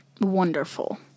wonderful